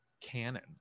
canon